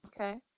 Okay